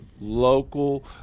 local